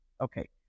Okay